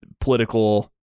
Political